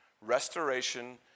restoration